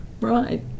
right